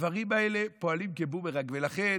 הדברים האלה פועלים כבומרנג, ולכן,